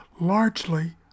largely